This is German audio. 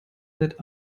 seit